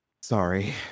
Sorry